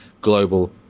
global